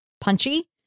punchy